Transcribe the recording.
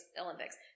olympics